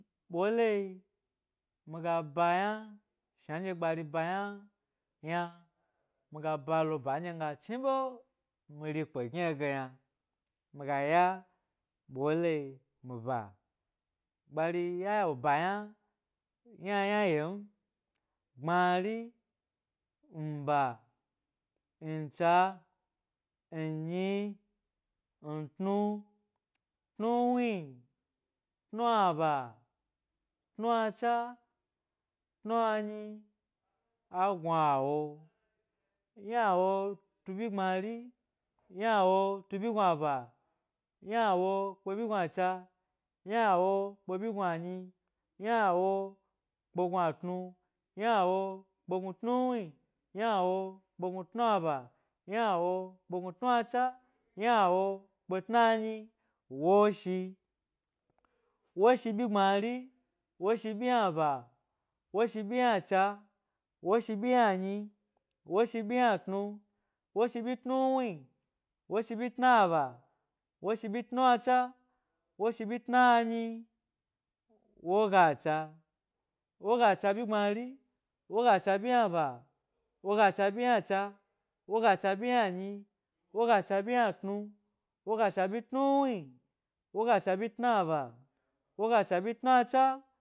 Boke mi ga yna shnandye gbari ba yna yna, mi ga ba lo bandye mi ga chniɓe mi ri kpe gnio ge yna, mi ga ya ɓole mi ba gbari ya wo ba yna, yna yna yio m, gbmari, nba, ncha, nnyi, ntnutnuwni, tnuaba, tnacha, tnanyi, agnuawo, ynawo tubyi gbmari, ynawo tubyi gnuaba, ynawo kpe byi gnuacha, ynawo kpe byi gnu anyi, ynawo kpe snuatnu, ynawo kpe gnu tnuwni, ynaw kpe gnu tnaba, ynawo kpe gnu tnacha, yna wo kpe tnanyi, woshi, woshi byi gbmari, woshi byi ynaba, woshi byi ynacha, woshi byiynaba, woshi byi gbmari, woshi byi ynaba, woshi byi ynacha, woshi byi ynanyi, woshi byi ynatnu, woshi byi tnuwni, woshi tnaba, woshi byi tnacha, woshi byi tnanyi, wo gacha, wogacha byi gbmari, wogacha byi ynaba, woga cha byi ynacha, woga byi yna nyi wogacha byi yna tnu, woga cha byi tnuwni, woga cha byi tnaba, woga cha byi tnacha.